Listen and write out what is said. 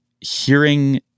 Hearing